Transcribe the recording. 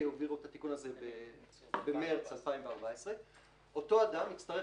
ה-ICAO העבירו את התיקון הזה במרס 2014. אותו אדם יצטרך